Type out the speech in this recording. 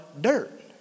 dirt